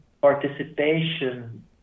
participation